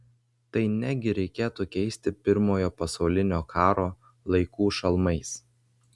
tai negi reikėtų keisti pirmojo pasaulinio karo laikų šalmais